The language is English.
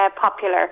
popular